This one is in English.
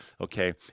okay